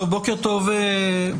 בוקר טוב לכולם,